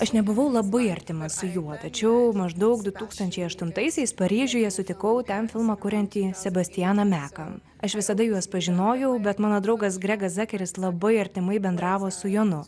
aš nebuvau labai artima su juo tačiau maždaug du tūkstančiai aštuntaisiais paryžiuje sutikau ten filmą kuriantį sebastianą meką aš visada juos pažinojau bet mano draugas gregas zekeris labai artimai bendravo su jonu